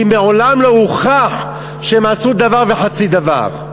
כי מעולם לא הוכח שהם עשו דבר וחצי דבר.